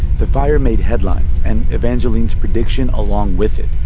the fire made headlines and evangeline's prediction along with it.